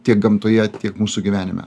tiek gamtoje tiek mūsų gyvenime